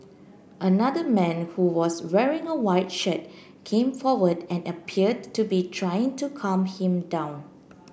another man who was wearing a white shirt came forward and appeared to be trying to calm him down